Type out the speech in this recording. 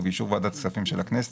ובאישור ועדת הכספים של הכנסת,